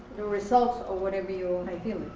the results of whatever you and